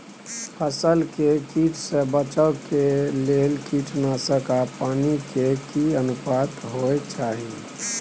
फसल के कीट से बचाव के लेल कीटनासक आ पानी के की अनुपात होय चाही?